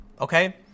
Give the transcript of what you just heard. Okay